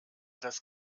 das